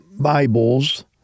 Bibles